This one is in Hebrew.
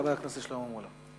חבר הכנסת שלמה מולה.